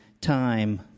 Time